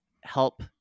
help